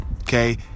Okay